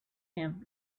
him